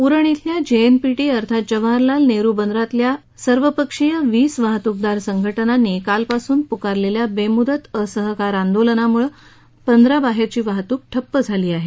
उरण इथल्या जेएनपीटी अर्थात जवाहरलाल नेहरू बंदरातल्या सर्वपक्षीय वीस वाहतूकदार संघटनांनी कालपासून पुकारलेल्या बेमुदत असहकार आंदोलनामुळे बंदराबाहेरची वाहतूक ठप्प झाली आहे